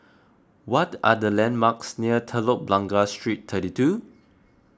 what are the landmarks near Telok Blangah Street thirty two